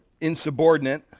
insubordinate